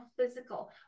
physical